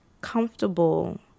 comfortable